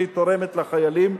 שהיא תורמת לחיילים,